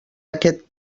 aquest